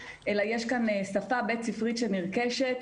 אלא יש כאן שפה בית-ספרית שנרכשת,